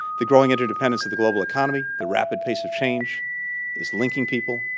the growing interdependence of the global economy, the rapid pace of change is linking people,